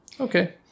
Okay